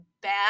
bad